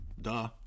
duh